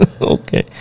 Okay